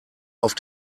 auf